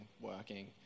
working